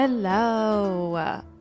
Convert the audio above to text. Hello